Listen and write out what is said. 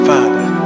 Father